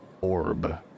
orb